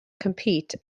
compete